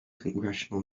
congressional